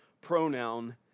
pronoun